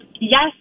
Yes